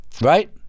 right